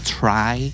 try